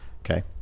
Okay